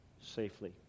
safely